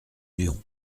lion